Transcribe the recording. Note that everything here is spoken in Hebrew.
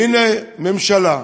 והנה הממשלה,